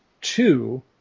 two